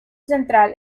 central